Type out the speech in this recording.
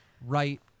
right